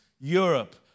Europe